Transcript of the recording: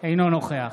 אינו נוכח